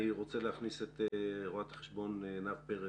אני רוצה להכניס את רו"ח עינב פרץ,